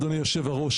אדוני יושב הראש,